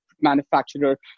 manufacturer